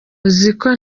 uziko